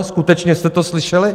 Skutečně jste to slyšeli?